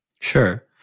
Sure